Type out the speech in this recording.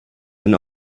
and